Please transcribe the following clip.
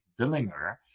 Dillinger